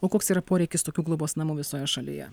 o koks yra poreikis tokių globos namų visoje šalyje